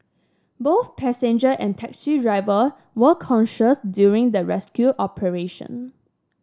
both passenger and taxi driver were conscious during the rescue operation